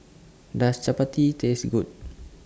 Does Chappati Taste Good